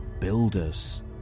builders